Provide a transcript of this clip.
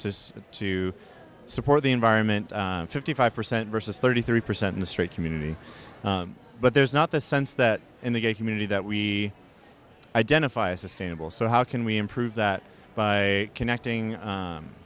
us to support the environment fifty five percent versus thirty three percent in the straight community but there's not the sense that in the gay community that we identify a sustainable so how can we improve that by a connecting